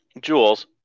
jules